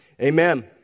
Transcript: Amen